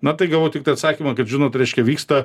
na tai gavau tiktai atsakymą kad žinot reiškia vyksta